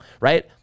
right